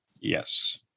Yes